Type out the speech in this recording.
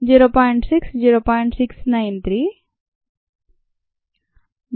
693 0